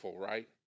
right